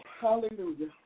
hallelujah